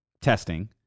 testing